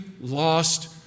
lost